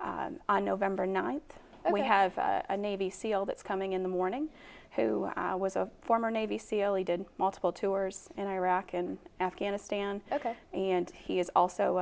on november ninth and we have a navy seal that's coming in the morning who was a former navy seal he did multiple tours in iraq and afghanistan ok and he is also